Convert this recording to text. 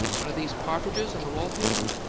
one o' these partridges in the wall-paper?